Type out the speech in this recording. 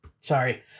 sorry